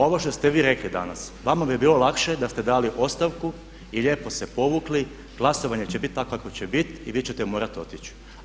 Ovo što se vi rekli danas, vama bi bilo lakše da ste dali ostavku i lijepo se povukli, glasovanje će biti takvo kakvo će biti i vi ćete morati otići.